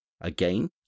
Again